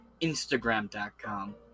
Instagram.com